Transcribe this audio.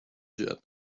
jet